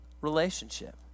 relationship